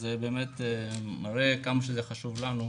וזה מראה באמת עד כמה זה חשוב לנו.